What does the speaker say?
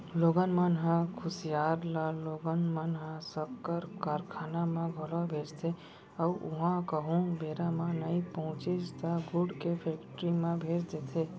लोगन मन ह कुसियार ल लोगन मन ह सक्कर कारखाना म घलौ भेजथे अउ उहॉं कहूँ बेरा म नइ पहुँचिस त गुड़ के फेक्टरी म भेज देथे